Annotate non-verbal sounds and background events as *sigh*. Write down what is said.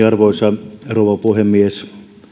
*unintelligible* arvoisa rouva puhemies